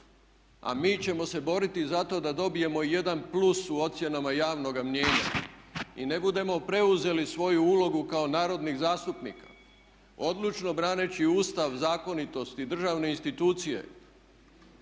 a mi ćemo se boriti za to da dobijemo jedan plus u ocjenama javnoga mijenja i ne budemo preuzeli svoju ulogu kao narodnih zastupnika odlučno braneći Ustav, zakonitost i državne institucije